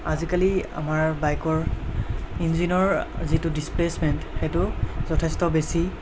আজিকালি আমাৰ বাইকৰ ইঞ্জিনৰ যিটো ডিচপ্লেচমেণ্ট সেইটো যথেষ্ট বেছি